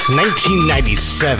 1997